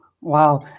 Wow